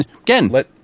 Again